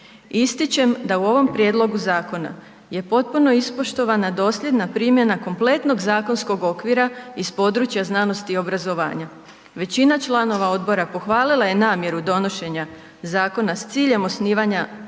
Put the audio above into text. Ističem da u ovom prijedlogu zakona je potpuno ispoštovana dosljedna primjena kompletnog zakonskog okvira iz područja znanosti i obrazovanja. Većina članova odbora pohvalila je namjeru donošenja zakona s ciljem osnivanja